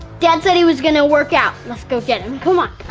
dad said he was gonna work out. let's go get him. come on!